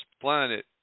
planet